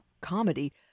comedy